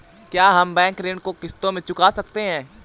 क्या हम बैंक ऋण को किश्तों में चुका सकते हैं?